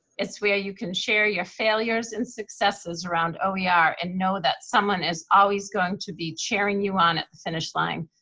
it's where you can share your failures and successes around oer yeah and know that someone is always going to be cheering you on at finish line.